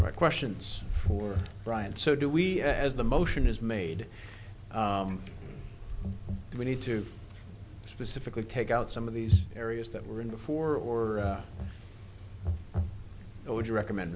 right questions for brian so do we as the motion is made we need to specifically take out some of these areas that were in before or would you recommend